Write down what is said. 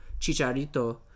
Chicharito